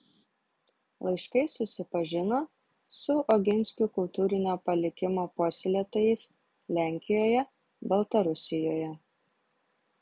laiškais susipažino su oginskių kultūrinio palikimo puoselėtojais lenkijoje baltarusijoje